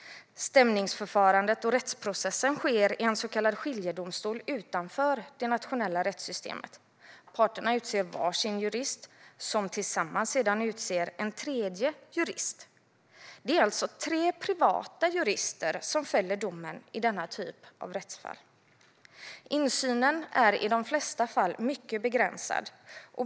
Stämningsförfarandet och rättsprocessen sker i en så kallad skiljedomstol utanför det nationella rättssystemet. Parterna utser var sin jurist, som sedan tillsammans utser en tredje jurist. Det är alltså tre privata jurister som fäller domen i denna typ av rättsfall. Insynen är i de flesta fall mycket begränsad.